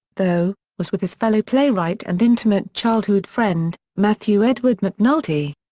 though, was with his fellow playwright and intimate childhood friend, mathew edward mcnulty.